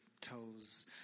toes